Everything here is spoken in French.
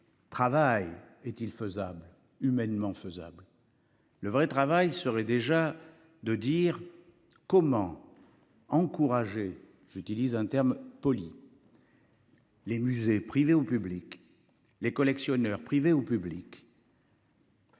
Travail est-il faisable humainement faisable. Le vrai travail serait déjà de dire comment encourager j'utilise un terme Poli. Les musées privés ou publics. Les collectionneurs privés ou publics.